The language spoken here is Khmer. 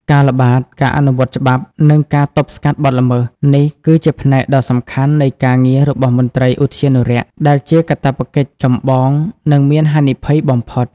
ការល្បាត ការអនុវត្តច្បាប់ និងការទប់ស្កាត់បទល្មើស នេះគឺជាផ្នែកដ៏សំខាន់នៃការងាររបស់មន្ត្រីឧទ្យានុរក្ស ដែលជាកាតព្វកិច្ចចម្បង និងមានហានិភ័យបំផុត។